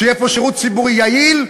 שיהיה פה שירות ציבורי יעיל,